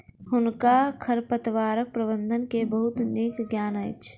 हुनका खरपतवार प्रबंधन के बहुत नीक ज्ञान अछि